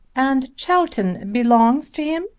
and chowton belongs to him?